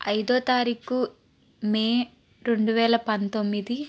ఐదో తారీకు మే రెండు వేల పంతొమ్మిది